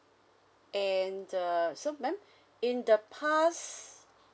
and uh so madam in the past